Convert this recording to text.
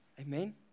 Amen